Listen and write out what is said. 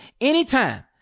anytime